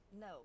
No